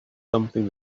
something